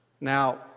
Now